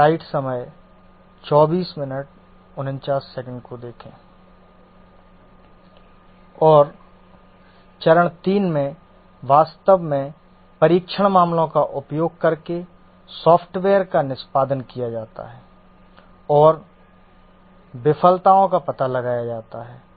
और चरण 3 में वास्तव में परीक्षण मामलों का उपयोग करके सॉफ़्टवेयर का निष्पादन किया जाता है और विफलताओं का पता लगाया जाता है